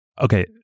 Okay